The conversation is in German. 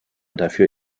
dafür